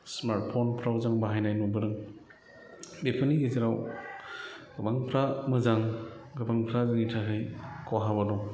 स्मार्टफनफ्राव जों बाहायनाय नुबोदों बेफोरनि गेजेराव गोबांफ्रा मोजां गोबांफ्रा जोंनि थाखै खहाबो दं